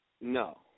No